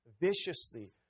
viciously